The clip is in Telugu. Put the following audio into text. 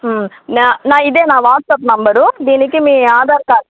నా నా ఇదే నా వాట్సాప్ నంబరు దీనికి మీ ఆధార్ కార్డ్